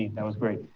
that was great.